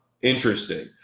interesting